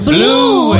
Blue